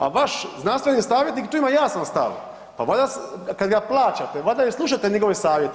A vaš znanstveni savjetnik tu ima jasan stav, pa valjda kada ga plaćate valjda i slušate njegove savjete.